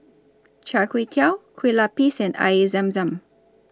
Char Kway Teow Kue Lupis and Air Zam Zam